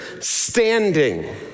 standing